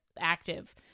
active